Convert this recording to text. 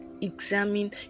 examine